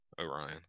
orion